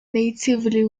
natively